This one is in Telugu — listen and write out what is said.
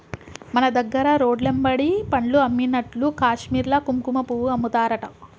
మన దగ్గర రోడ్లెమ్బడి పండ్లు అమ్మినట్లు కాశ్మీర్ల కుంకుమపువ్వు అమ్ముతారట